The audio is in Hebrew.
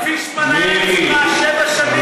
פישמן היה אצלך שבע שנים.